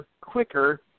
quicker